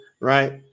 right